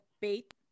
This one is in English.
bait